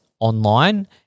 online